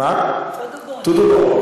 כן, "טודו בום".